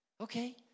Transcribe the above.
okay